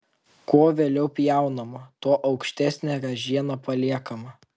kuo vėliau pjaunama tuo aukštesnė ražiena paliekama